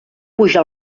puja